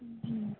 हूं